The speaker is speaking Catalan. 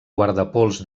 guardapols